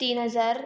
तीन हजार